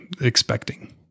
expecting